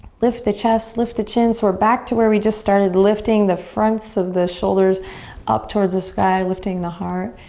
lift the chest, lift the chin. so we're back to where we just started lifting the fronts of the shoulders up towards the sky, lifting the heart.